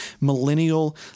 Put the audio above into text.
millennial